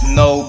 no